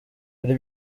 kuri